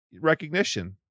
recognition